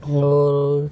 اور